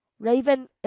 Raven